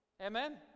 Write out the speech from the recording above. Amen